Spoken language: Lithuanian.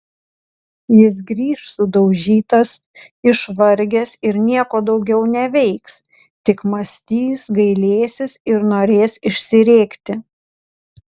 jis grįš sudaužytas išvargęs ir nieko daugiau neveiks tik mąstys gailėsis ir norės išsirėkti